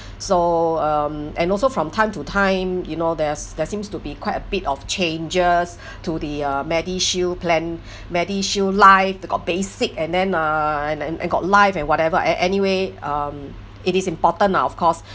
so um and also from time to time you know there's there seems to be quite a bit of changes to the uh medishield plan medishield life got basic and then uh and and and got life and whatever a~ anyway um it is important lah of course